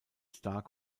stark